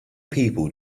people